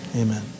Amen